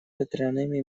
ветряными